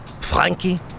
Frankie